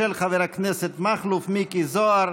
של חבר הכנסת מכלוף מיקי זוהר,